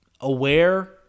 aware